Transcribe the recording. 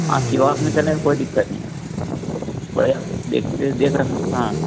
हाँ Q R चलेगा कोई दिक़्क़त नहीं है बढ़िया देख देख रख हाँ